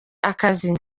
akazi